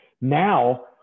now